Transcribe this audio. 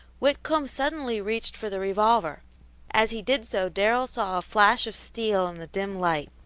whitcomb suddenly reached for the revolver as he did so darrell saw a flash of steel in the dim light,